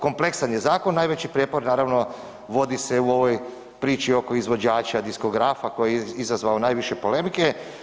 Kompleksan je zakon, najveći prijepor naravno vodi se u ovoj priči oko izvođača i diskografa koji je izazvao najviše polemike.